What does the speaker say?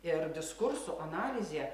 ir diskursų analizė